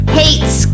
hates